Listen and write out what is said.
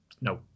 no